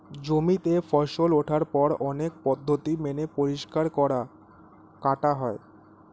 জমিতে ফসল ওঠার পর অনেক পদ্ধতি মেনে পরিষ্কার করা, কাটা হয়